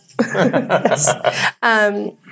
Yes